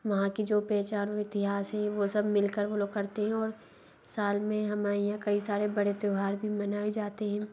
वहाँ की जो पहचान वो इतिहास हे वो सब मिल कर वो लोग करते हैं और साल में हमाए यहाँ कई सारे बड़े त्यौहार भी मनाए जाते हैं